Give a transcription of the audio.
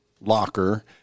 locker